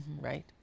right